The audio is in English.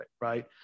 right